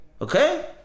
Okay